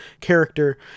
character